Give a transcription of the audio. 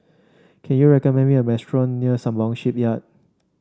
can you recommend me a restaurant near Sembawang Shipyard